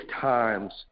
times